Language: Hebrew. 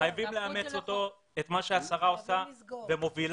חייבים לאמץ את מה שהשרה עושה ומובילה.